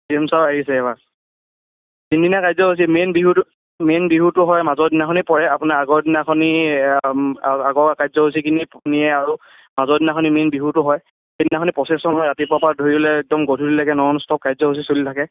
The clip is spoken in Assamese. পিম চাউ আহিছে এবাৰ তিনদিনীয়া কাৰ্যসূচী মেইন বিহুটো মেইন বিহুটো হয় মাজৰ দিনাখন পৰে আপোনাৰ আগৰ দিনাখন আগৰ কাৰ্যসূচীখিনি নিয়ে আৰু মাজৰ দিনাখন মেইন বিহুটো হয় সেইদিনাখন প্ৰচেছন হয় ৰাতিপুৱাৰপৰা ধৰিলে একদম গধূলিলৈকে নন ষ্টপ কাৰ্যসূচী চলি থাকে